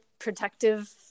Protective